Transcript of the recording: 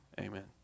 Amen